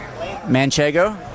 Manchego